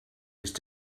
ist